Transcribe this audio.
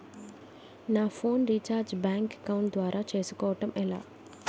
నా phone recharge bank account ద్వారా చేసుకోవటం ఎలా?